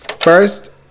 First